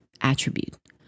attribute